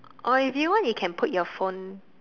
oh do you want you can put your phone